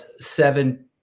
seven